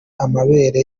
amabere